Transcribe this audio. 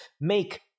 make